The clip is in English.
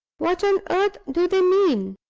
what on earth do they mean?